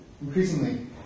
increasingly